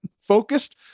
focused